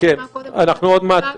למה שאמר קודם חבר הכנסת קרעי,